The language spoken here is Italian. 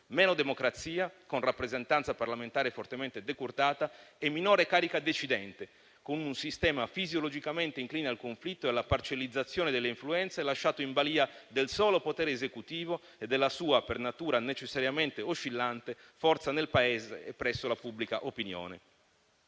meno democrazia, con rappresentanza parlamentare fortemente decurtata, e minore carica decidente, con un sistema fisiologicamente incline al conflitto e alla parcellizzazione delle influenze, lasciato in balia del solo potere esecutivo e della sua per natura necessariamente oscillante forza nel Paese e presso la pubblica opinione.